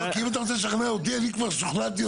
כאילו אתה רוצה לשכנע אותי, אני כבר שוכנעתי.